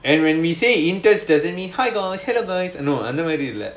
and when we say intense doesn't mean hi guys hello guys அந்த மாதிரி இல்ல:andha maadhiri illa